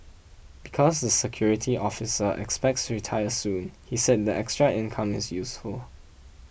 because the security officer expects to retire soon he said the extra income is useful